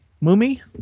Mummy